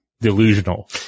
delusional